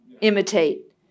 imitate